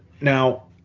Now